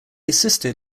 assisted